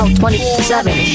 twenty-seven